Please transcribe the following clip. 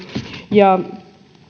ja